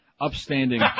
upstanding